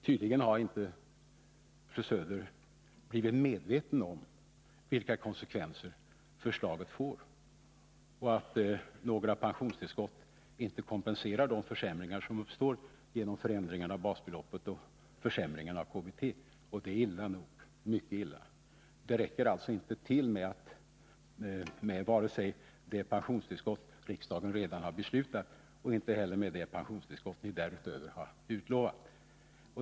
Tydligen har inte fru Söder blivit medveten om vilka konsekvenser förslaget får och att några pensionstillskott inte kompenserar de försämringar som uppstår genom förändringarna av basbeloppet och försämringarna av KBT. Det är illa nog. Det räcker alltså inte med vare sig de pensionstillskott Nr 46 riksdagen redan har beslutat eller de pensionstillskott som ni därutöver har utlovat.